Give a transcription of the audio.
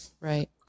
Right